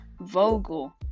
vogel